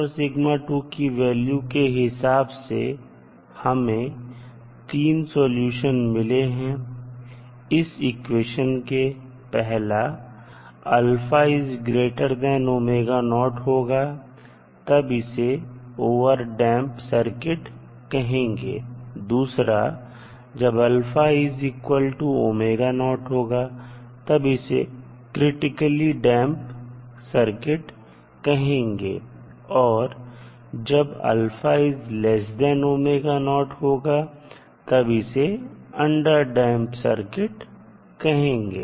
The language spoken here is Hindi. और की वैल्यू के हिसाब से हमें तीन सॉल्यूशन मिले हैं इस इक्वेशन के पहला जबहोगा तब इसे ओवरटडैंप सर्किट कहेंगे दूसरा जब होगा तब इसे क्रिटिकली डैंप सर्किट कहेंगे और जब होगा तब इसे अंडरडैंप सर्किट कहेंगे